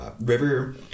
river